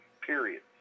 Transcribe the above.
period